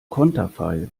konterfei